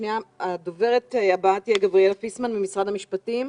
הדוברת הבאה תהיה עו"ד גבריאלה פיסמן ממשרד המשפטים.